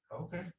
okay